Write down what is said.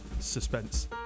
Suspense